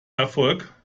erfolg